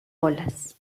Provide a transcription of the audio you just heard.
olas